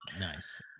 Nice